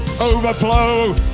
overflow